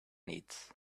needs